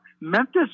Memphis